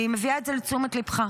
אני מביאה את זה לתשומת ליבך.